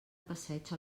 passeig